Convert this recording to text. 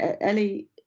Ellie